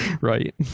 Right